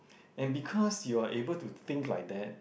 and because you're able to think like that